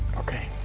okay.